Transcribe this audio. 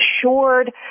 assured